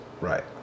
right